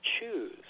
choose